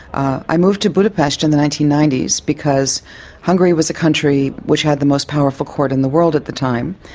i moved to budapest in the nineteen ninety s because hungary was a country which had the most powerful court in the world at a time,